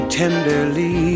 tenderly